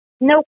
Nope